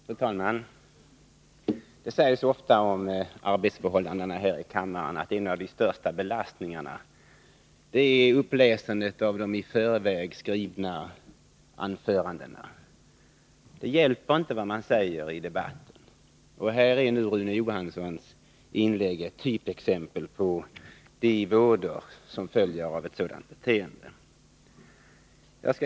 Fru talman! Det sägs ofta om arbetsförhållandena här i kammaren att en av de största belastningarna är uppläsandet av de i förväg skrivna anförandena. Det hjälper inte vad man säger i kammaren. Här är nu Rune Johanssons inlägg ett typexempel på de vådor som följer av ett sådant beteende.